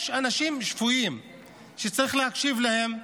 יש אנשים שפויים שצריך להקשיב להם,